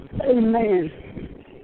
Amen